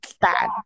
bad